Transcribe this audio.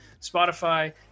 Spotify